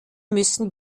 müssen